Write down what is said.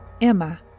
Emma